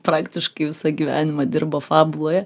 praktiškai visą gyvenimą dirbo fabuloje